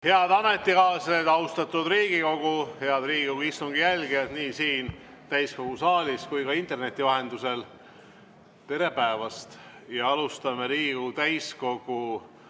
Head ametikaaslased, austatud Riigikogu! Head Riigikogu istungi jälgijad nii siin täiskogu saalis kui ka interneti vahendusel! Tere päevast! Alustame Riigikogu täiskogu